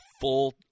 full